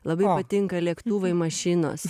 labai patinka lėktuvai mašinos